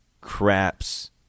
craps